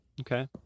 Okay